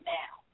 now